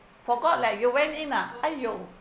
forgot like you went in ah !aiyo!